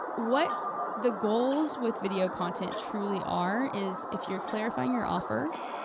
what the goals with video content truly are is if you're clarifying your offer,